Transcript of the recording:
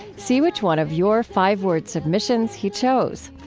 see which one of your five-word submissions he chose.